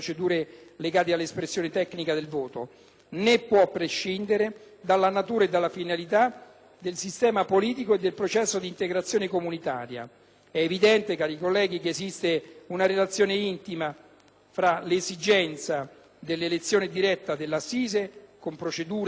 del sistema politico e del processo di integrazione comunitaria. È evidente, cari colleghi, che esiste una relazione intima tra l'esigenza dell'elezione diretta dell'assise con procedura uniforme e una maggiore attribuzione di competenze al Parlamento europeo. Con il Trattato di Lisbona,